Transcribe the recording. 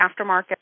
Aftermarket